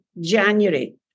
January